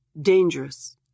Dangerous